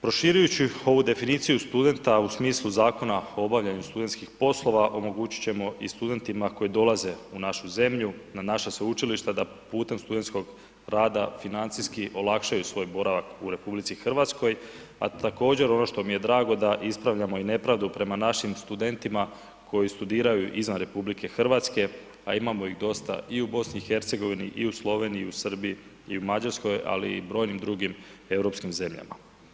Proširujući ovu definiciju studenta u smislu Zakona o obavljanju studentskih poslova omogućit ćemo i studentima koji dolaze u našu zemlju na naša sveučilišta da putem studentskog rada financijski olakšaju svoj boravak u RH, a također ono što mi je drago da ispravljamo i nepravdu prema našim studentima koji studiraju izvan RH, a imamo ih dosta i u BiH, i u Sloveniji, i u Srbiji i u Mađarskoj, ali i u brojim drugim europskim zemljama.